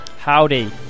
Howdy